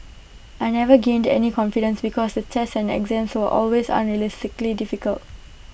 I never gained any confidence because the tests and exams were always unrealistically difficult